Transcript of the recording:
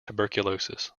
tuberculosis